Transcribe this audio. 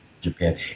Japan